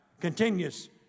Continues